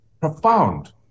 profound